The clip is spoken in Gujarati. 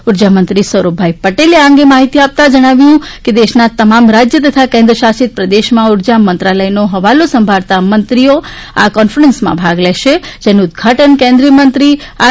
ઊર્જામંત્રી સૌરભભાઈ પટેલે આ અંગે માહિતી આપતા જણાવ્યું છે કે દેશના તમામ રાજ્ય તથા કેન્દ્રશાસિત પ્રદેશમાં ઊર્જા મંત્રાલયનો હવાલો સંભાળતા મંત્રી આ કોન્ફરન્સમાં ભાગ લેશે જેનું ઊદઘાટન કેન્દ્રીયમંત્રી આર